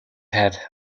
had